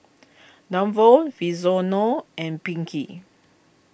Davon Vinzeno and Pinkey